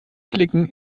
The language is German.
flicken